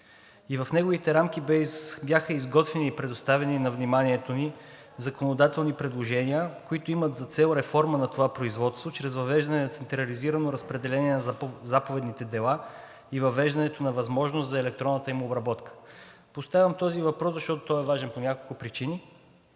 и в неговите рамки бяха изготвени и предоставени на вниманието ни законодателни предложения, които имат за цел реформа на това производство чрез въвеждане на централизирано разпределение на заповедните дела и въвеждането на възможност за електронната им обработка. Поставям този въпрос, защото той е важен по няколко причини,